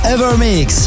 EverMix